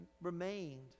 remained